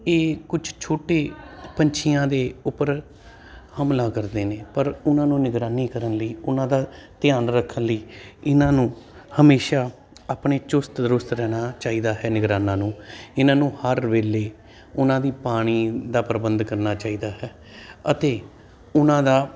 ਇਹ ਕੁਛ ਛੋਟੇ ਪੰਛੀਆਂ ਦੇ ਉੱਪਰ ਹਮਲਾ ਕਰਦੇ ਨੇ ਪਰ ਉਹਨਾਂ ਨੂੰ ਨਿਗਰਾਨੀ ਕਰਨ ਲਈ ਉਹਨਾਂ ਦਾ ਧਿਆਨ ਰੱਖਣ ਲਈ ਇਹਨਾਂ ਨੂੰ ਹਮੇਸ਼ਾ ਆਪਣੇ ਚੁਸਤ ਦਰੁਸਤ ਰਹਿਣਾ ਚਾਹੀਦਾ ਹੈ ਨਿਗਰਾਨਾਂ ਨੂੰ ਇਹਨਾਂ ਨੂੰ ਹਰ ਵੇਲੇ ਉਹਨਾਂ ਦੀ ਪਾਣੀ ਦਾ ਪ੍ਰਬੰਧ ਕਰਨਾ ਚਾਹੀਦਾ ਹੈ ਅਤੇ ਉਹਨਾਂ ਦਾ